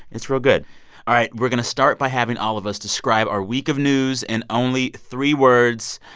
it's real good all right, we're going to start by having all of us describe our week of news in only three words.